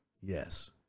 Yes